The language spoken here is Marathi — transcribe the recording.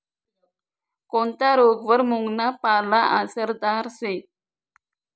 कोनता रोगवर मुंगना पाला आसरदार शे